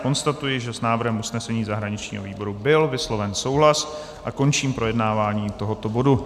Konstatuji, že s návrhem usnesení zahraničního výboru byl vysloven souhlas, a končím projednávání tohoto bodu.